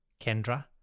Kendra